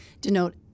denote